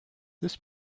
this